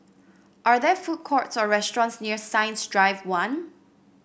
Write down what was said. are there food courts or restaurants near Science Drive One